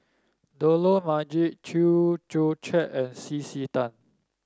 Dollah Majid Chew Joo Chiat and C C Tan